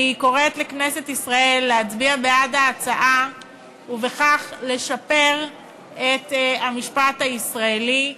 אני קוראת לכנסת ישראל להצביע בעד ההצעה ובכך לשפר את המשפט הישראלי,